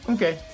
Okay